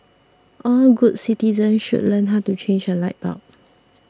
all good citizens should learn how to change a light bulb